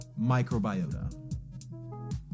microbiota